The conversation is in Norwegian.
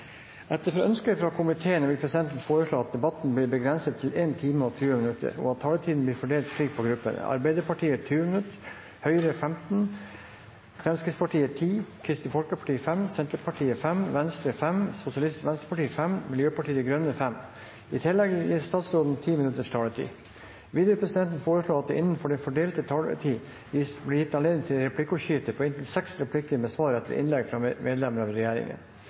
Etter ønske fra transport- og kommunikasjonskomiteen vil presidenten foreslå at debatten blir begrenset til 1 time og 15 minutter, og at taletiden blir fordelt slik på gruppene: Arbeiderpartiet 20 minutter, Høyre 15 minutter, Fremskrittspartiet 10 minutter, Kristelig Folkeparti 5 minutter, Senterpartiet 5 minutter, Venstre 5 minutter, Sosialistisk Venstreparti 5 minutter, Miljøpartiet De Grønne 5 minutter. I tillegg gis statsråden 5 minutters taletid. Videre vil presidenten foreslå at det innenfor den fordelte taletid blir gitt anledning til replikkordskifte på inntil fem replikker med svar etter innlegg fra medlemmer av regjeringen.